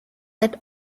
that